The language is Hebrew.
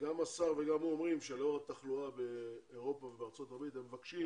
גם השר וגם הוא אומרים שלאור התחלואה באירופה ובארצות הברית הם מבקשים